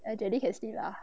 ah jelly can sleep ah